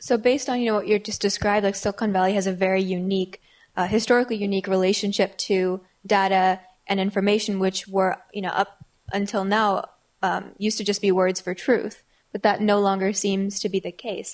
so based on you know what you're just described like silicon valley has a very unique historically unique relationship to data and information which were you know up until now used to just be words for truth but that no longer seems to be the case